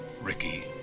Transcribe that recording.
ricky